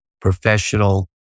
professional